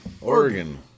Oregon